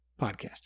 podcast